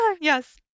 yes